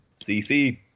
CC